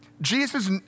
Jesus